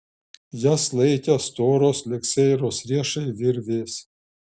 jas laikė storos lyg seiros riešai virvės